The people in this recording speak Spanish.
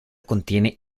contiene